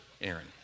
Aaron